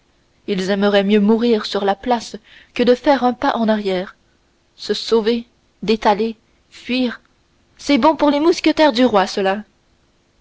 ils aimeraient mieux mourir sur la place que de faire un pas en arrière se sauver détaler fuir c'est bon pour les mousquetaires du roi